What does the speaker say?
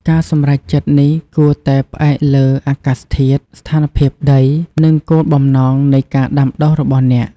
ការសម្រេចចិត្តនេះគួរតែផ្អែកលើ អាកាសធាតុ ស្ថានភាពដី និង គោលបំណងនៃការដាំដុះ របស់អ្នក។